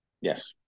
Yes